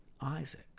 Isaac